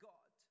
God